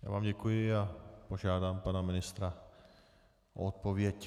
Já vám děkuji a požádám pana ministra o odpověď.